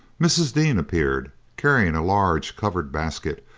mrs. dean appeared, carrying a large, covered basket,